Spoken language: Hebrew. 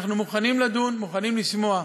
אנחנו מוכנים לדון, מוכנים לשמוע.